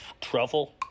truffle